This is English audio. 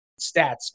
stats